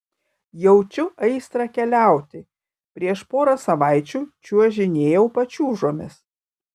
jaučiu aistrą keliauti prieš porą savaičių čiuožinėjau pačiūžomis